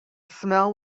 smell